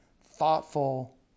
thoughtful